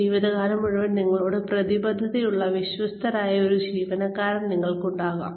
ജീവിതകാലം മുഴുവൻ നിങ്ങളോട് പ്രതിബദ്ധതയുള്ള വിശ്വസ്തനായ ഒരു ജീവനക്കാരൻ നിങ്ങൾക്കുണ്ടാകും